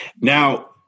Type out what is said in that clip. Now